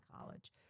college